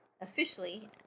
officially